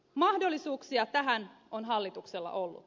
mahdollisuuksia tähän on hallituksella ollut